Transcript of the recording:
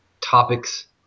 topics